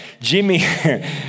Jimmy